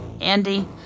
Andy